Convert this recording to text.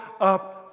up